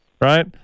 right